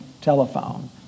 Telephone